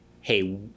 hey